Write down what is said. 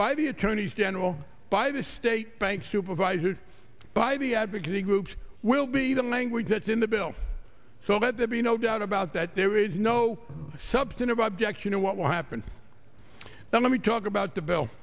by the attorneys general by the state bank supervisors by the advocacy groups will be the language that's in the bill so that there be no doubt about that there is no substantive objects you know what will happen now let me talk about the bill